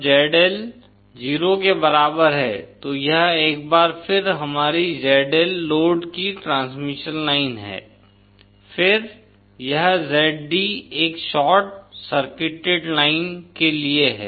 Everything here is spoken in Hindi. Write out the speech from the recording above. इसलिए जब ZL 0 के बराबर है तो यह एक बार फिर हमारी ZL लोड की ट्रांसमिशन लाइन है फिर यह Zd एक शॉर्ट सर्किटेड लाइन के लिए है